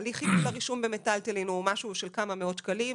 הליך רישום במיטלטלין הוא משהו של כמה מאות שקלים.